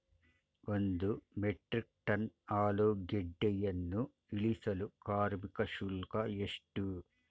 ಒಂದು metric tonne ಆಲೂಗೆಡ್ಡೆಯನ್ನು ಇಳಿಸಲು ಕಾರ್ಮಿಕ ಶುಲ್ಕ ಎಷ್ಟು?